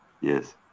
Yes